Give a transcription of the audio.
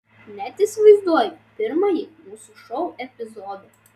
net įsivaizduoju pirmąjį mūsų šou epizodą